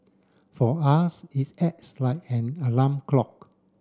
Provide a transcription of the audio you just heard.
for us its acts like an alarm clock